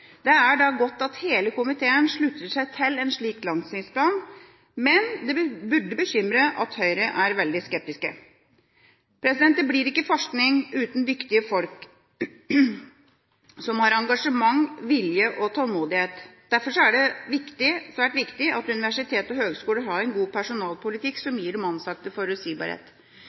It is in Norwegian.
Det er da godt at hele komiteen slutter seg til en slik langtidsplan, men det burde bekymre at Høyre er veldig skeptisk. Det blir ikke forskning uten dyktige folk som har engasjement, vilje og tålmodighet. Derfor er det svært viktig at universitet og høgskoler har en god personalpolitikk som gir de ansatte forutsigbarhet. Vi vet at akademia har slitt med mye midlertidighet. Derfor er det